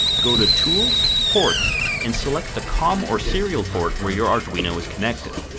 go to tools, ports, and select the com or serial port where your arduino is connected.